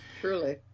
Truly